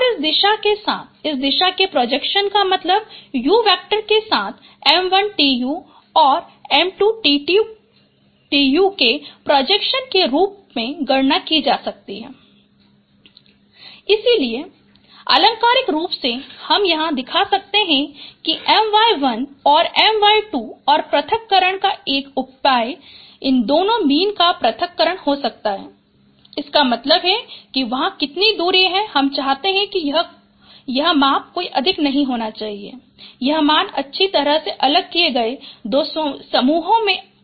और इस दिशा के साथ इस दिशा के प्रोजेक्शन का मतलब u वेक्टर के साथ m1Tu और m2Tu के प्रोजेक्शन के रूप में गणना की जा सकती है इसलिए आलंकारिक रूप से हम यहां दिखा सकते हैं कि my1 और my2 और पृथक्करण का एक उपाय इन दोनों मीन का पृथक्करण हो सकता है इसका मतलब है कि वहाँ कितनी दूर है हम चाहते हैं कि यह माप कोई अधिक नहीं होना चाहिए यह मान अच्छी तरह से अलग किए गए दो समूहों में अधिक होना चाहिए